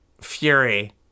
Fury